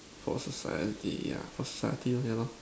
for society yeah for society ya lor